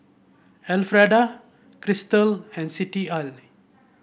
Elfreda Krystal and Citlalli